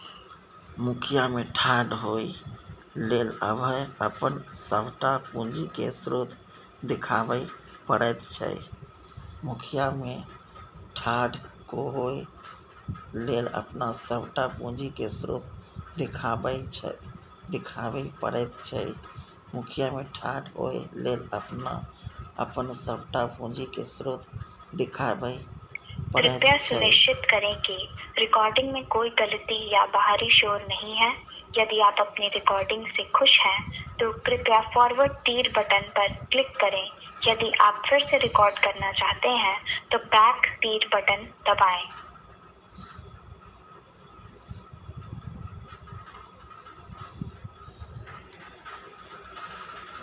मुखिया मे ठाढ़ होए लेल अपन सभटा पूंजीक स्रोत देखाबै पड़ैत छै